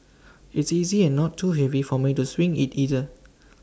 it's easy and not too heavy for me to swing IT either